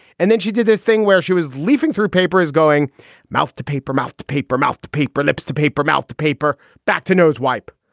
and then she did this thing where she was leafing through paper is going mouth to paper, mouth to paper, mouth to paper, lips to paper, mouth to paper, back to nose wipe.